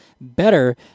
better